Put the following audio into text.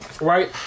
right